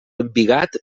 embigat